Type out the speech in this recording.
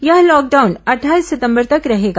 यह लॉकडाउन अट्ठाईस सितंबर तक तक रहेगा